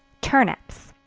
turnips.